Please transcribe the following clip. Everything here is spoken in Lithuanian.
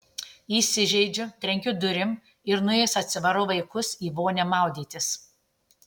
įsižeidžiu trenkiu durim ir nuėjus atsivarau vaikus į vonią maudytis